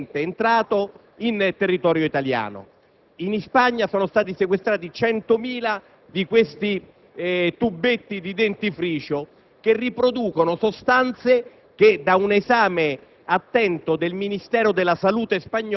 prodotto in Cina ed abusivamente entrato in territorio italiano. In Spagna sono stati sequestrati 100.000 di questi tubetti di dentifricio, contenenti sostanze che, da un esame